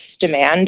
demand